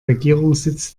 regierungssitz